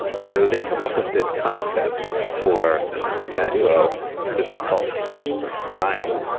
so they come up with this concept for pinduoduo that they call team buying.